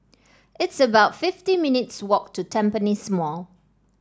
it's about fifty minutes' walk to Tampines Mall